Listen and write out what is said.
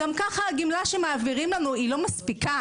גם כך הגמלה שמעבירים לנו לא מספיקה.